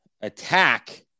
attack